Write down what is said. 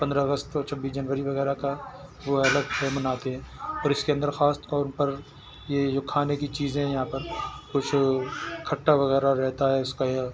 پندرہ اگست اور چھبیس جنوری وغیرہ کا وہ الگ سے مناتے ہیں اور اس کے اندر خاص طور پر یہ جو کھانے کی چیزیں ہیں یہاں پر کچھ کھٹا وغیرہ رہتا ہے اس کا یا